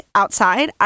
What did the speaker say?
outside